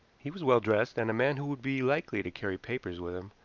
he was well dressed and a man who would be likely to carry papers with him,